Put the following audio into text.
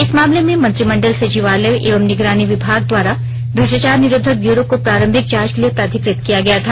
इस मामले में मंत्रिमंडल सचिवालय एवं निगरानी विभाग द्वारा भ्रष्टाचार निरोधक ब्यूरो एसीबी को प्रारंभिक जांच के लिए प्राधिकृत किया गया था